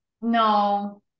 No